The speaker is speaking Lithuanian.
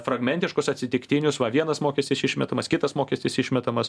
fragmentiškus atsitiktinius va vienas mokestis išmetamas kitas mokestis išmetamas